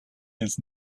his